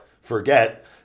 forget